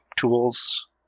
tools